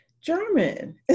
german